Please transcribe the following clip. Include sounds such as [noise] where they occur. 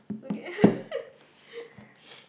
we'll get [laughs]